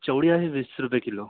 चवळी आहे वीस रुपये किलो